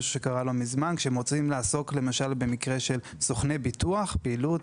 כשהם רוצים לעסוק במקרה של פעילות